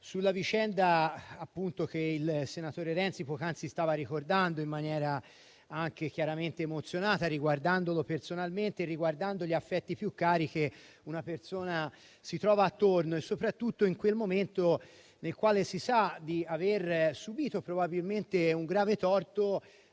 sulla vicenda che il senatore Renzi poc'anzi stava ricordando in maniera anche chiaramente emozionata, riguardandolo personalmente e riguardando gli affetti più cari che una persona si trova attorno, soprattutto nel momento nel quale si sa di aver subito probabilmente un grave torto